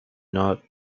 not